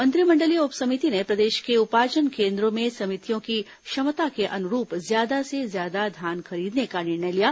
मंत्री मण्डलीय उप समिति ने प्रदेश के उपार्जन केन्द्रों में समितियों की क्षमता के अनुरूप ज्यादा से ज्यादा धान खरीदने का निर्णय लिया